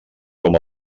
com